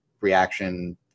reaction